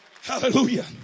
Hallelujah